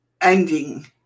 ending